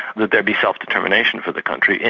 that there'd be self-determination for the country,